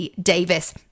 Davis